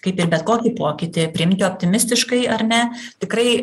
kaip ir bet kokį pokytį priimti optimistiškai ar ne tikrai